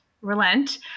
relent